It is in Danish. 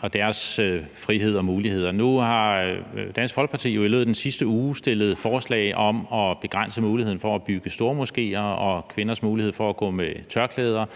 og deres frihed og muligheder. Nu har Dansk Folkeparti jo i løbet af den sidste uge fremsat forslag om at begrænse muligheden for at bygge stormoskéer og kvinders mulighed for at gå med tørklæde –